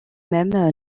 même